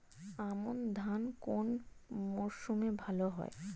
আমন ধান কোন মরশুমে ভাল হয়?